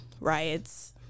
riots